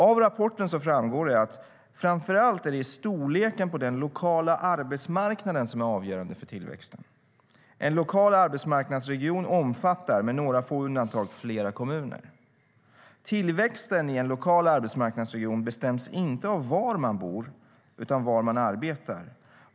Av rapporten framgår det att det framför allt är storleken på den lokala arbetsmarknaden som är avgörande för tillväxten. En lokal arbetsmarknadsregion omfattar, med några få undantag, flera kommuner. Tillväxten i en lokal arbetsmarknadsregion bestäms inte av var man bor utan av var man arbetar.